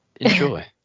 Enjoy